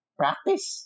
practice